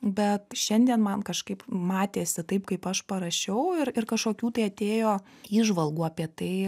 bet šiandien man kažkaip matėsi taip kaip aš parašiau ir ir kažkokių tai atėjo įžvalgų apie tai